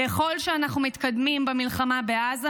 ככל שאנחנו מתקדמים במלחמה בעזה,